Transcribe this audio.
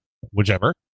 whichever